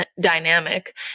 dynamic